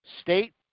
state